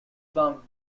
firm